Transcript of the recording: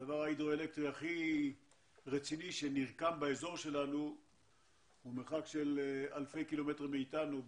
הדבר ההידרואלקטרי הכי רציני הוא במרחק של אלפי קילומטרים מאיתנו,